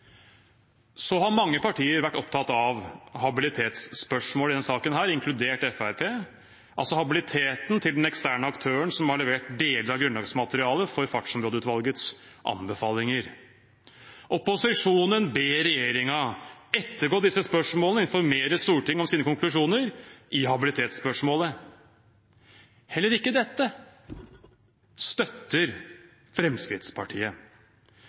Mange partier har vært opptatt av habilitetsspørsmål i denne saken, inkludert Fremskrittspartiet – altså habiliteten til den eksterne aktøren som har levert deler av grunnlagsmaterialet for fartsområdeutvalgets anbefalinger. Opposisjonen ber regjeringen ettergå disse spørsmålene og informere Stortinget om sine konklusjoner i habilitetsspørsmålet. Heller ikke dette støtter Fremskrittspartiet.